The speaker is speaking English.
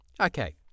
okay